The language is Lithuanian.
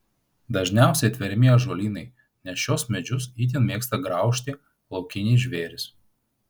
dažniausiai tveriami ąžuolynai nes šiuos medžius itin mėgsta graužti laukiniai žvėrys